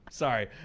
Sorry